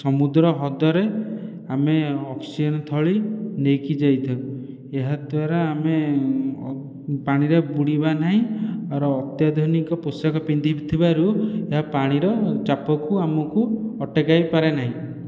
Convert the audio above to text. ସମୁଦ୍ର ହ୍ରଦରେ ଆମେ ଅକ୍ସିଜେନ ଥଳୀ ନେଇକି ଯାଇଥାଉ ଏହାଦ୍ଵାରା ଆମେ ପାଣିରେ ବୁଡ଼ିବା ନାହିଁ ଅର ଅତ୍ୟାଧୁନିକ ପୋଷାକ ପିନ୍ଧିବାରୁ ଏହା ପାଣିର ଚାପକୁ ଆମକୁ ଅଟକାଇ ପାରେ ନାହିଁ